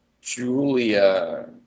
Julia